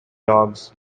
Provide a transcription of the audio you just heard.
dogs